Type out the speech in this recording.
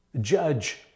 judge